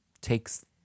takes